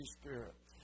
Spirit